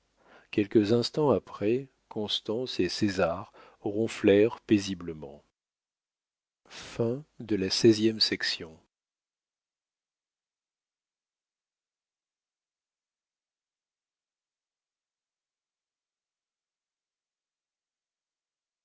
quelques instants après constance et césar ronflèrent paisiblement